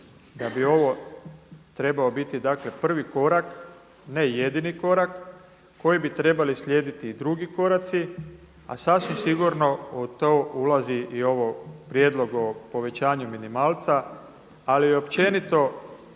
da bi ovo trebao biti dakle prvi korak ne jedini korak koji bi trebali slijediti i drugi koraci a sasvim sigurno u to ulazi i prijedlog ovog povećanja minimalca ali općenito